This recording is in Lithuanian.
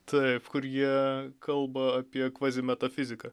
taip kur jie kalba apie kvazimetafiziką